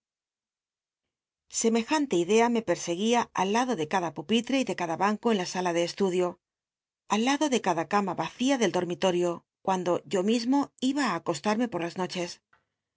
semejante idea me pcrseguia al lado de cada biblioteca nacional de españa da vid copperfield pupitre y de cada banco en la sala de estudio al lado de cada cama racia del dormitorio ctwndo yo mismo iba a acostarme pot las noches